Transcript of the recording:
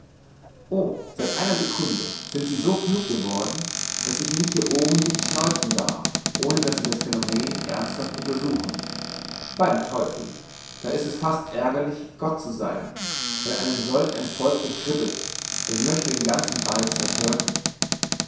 seit einer sekunde sind sie so klug geworden daß ich mich hier oben nicht schneuzen darf ohne daß sie das phänomen ernsthaft untersuchen beim teufel da ist es fast ärgerlich gott zu sein wenn einen solch ein volk bekrittelt ich möchte den ganzen ball zerdrücken